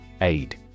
Aid